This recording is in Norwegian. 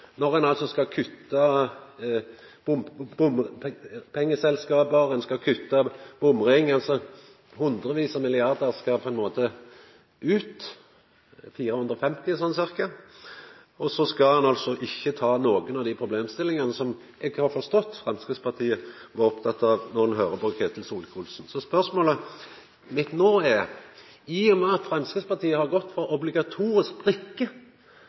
når det gjeld regjeringskabalen. Det er min påstand. Ein skal altså kutta bompengeselskap, ein skal kutta bomringar, og hundrevis av milliardar skal på ein måte ut – 450 sånn ca. Og så skal ein altså ikkje ta omsyn til nokon av dei problemstillingane som eg forstod Framstegspartiet var opptatt av, då eg høyrde representanten Solvik-Olsen. Framstegspartiet har gått